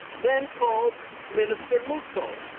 then called minister mutko.